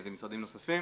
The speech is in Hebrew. ומשרדים נוספים,